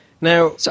Now